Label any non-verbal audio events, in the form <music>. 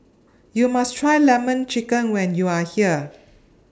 YOU must Try Lemon Chicken when YOU Are here <noise>